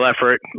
effort